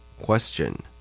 Question